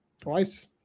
Twice